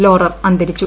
Laurer അന്തരിച്ചു